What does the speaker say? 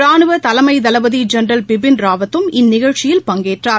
ராணுவதலைமைதளபதிஜெனரல் பிபின் ராவத்தும் இந்நிகழ்ச்சியில் பங்கேற்றார்